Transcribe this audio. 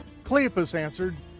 cleopas answered,